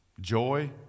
joy